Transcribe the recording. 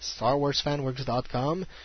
StarWarsFanWorks.com